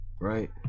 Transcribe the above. right